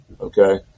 Okay